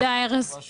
הישיבה נעולה.